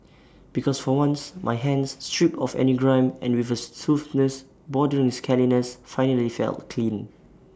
because for once my hands stripped of any grime and with A smoothness bordering scaliness finally felt clean